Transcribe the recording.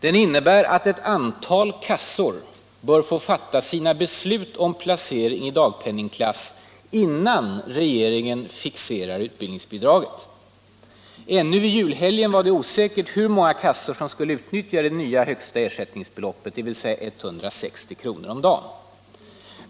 Det innebär att ett antal kassor bör få fatta sina beslut om placering i dagpenningklass innan regeringen fixerar utbildningsbidraget. Ännu i julhelgen var det osäkert hur många kassor som skulle utnyttja det nya högsta ersättningsbeloppet, dvs. 160 kr. om dagen.